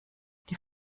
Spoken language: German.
die